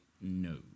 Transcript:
No